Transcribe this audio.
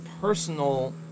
personal